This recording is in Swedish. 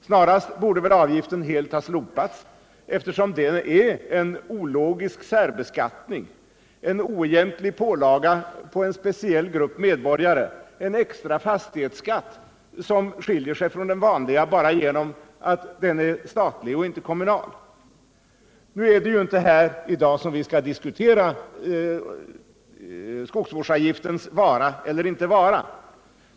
Snarast borde väl avgiften helt ha slopats eftersom den är en ologisk särbeskattning, en oegentlig pålaga för en speciell grupp medborgare, en extra fastighetsskatt som skiljer sig från den vanliga bara genom att den är statlig och inte kommunal. Skogsvårdsavgiftens vara eller inte vara skall ju inte diskuteras här i dag.